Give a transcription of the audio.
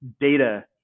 data